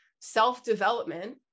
self-development